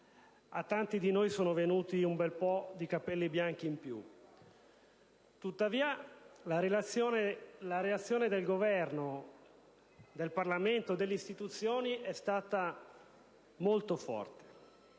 a tanti di noi sono venuti un bel po' di capelli bianchi in più. Tuttavia, la reazione del Governo, del Parlamento, delle istituzioni è stata molto forte,